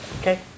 okay